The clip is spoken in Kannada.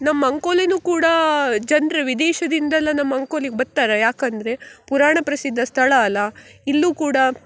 ನಮ್ಮ ಅಂಕೋಲೆಯೂ ಕೂಡ ಜನ್ರ ವಿದೇಶದಿಂದೆಲ್ಲ ನಮ್ಮ ಅಂಕೋಲಿಗೆ ಬರ್ತರೆ ಯಾಕಂದರೆ ಪುರಾಣ ಪ್ರಸಿದ್ಧ ಸ್ಥಳ ಅಲ್ವಾ ಇಲ್ಲೂ ಕೂಡ